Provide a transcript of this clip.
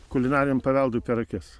kulinariniam paveldui per akis